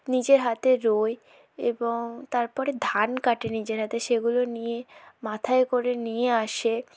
নিজে হাতে রোয় এবং তারপরে ধান কাটে নিজের হাতে সেগুলো নিয়ে মাথায় করে নিয়ে আসে